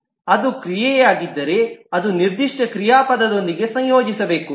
ಅದು ಕ್ರಿಯೆಯಾಗಿದ್ದರೆ ಅದು ನಿರ್ದಿಷ್ಟ ಕ್ರಿಯಾಪದದೊಂದಿಗೆ ಸಂಯೋಜಿಸಬೇಕು